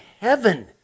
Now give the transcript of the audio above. heaven